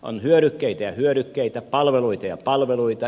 on hyödykkeitä ja hyödykkeitä palveluita ja palveluita